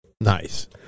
Nice